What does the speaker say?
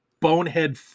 bonehead